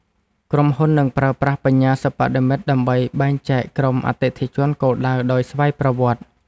ក្រុមហ៊ុននឹងប្រើប្រាស់ បញ្ញាសិប្បនិម្មិត ដើម្បីបែងចែកក្រុមអតិថិជនគោលដៅដោយស្វ័យប្រវត្តិ។